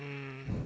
um